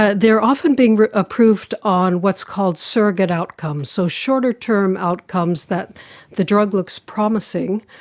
ah they are often being approved on what's called surrogate outcomes, so shorter-term outcomes that the drug looks promising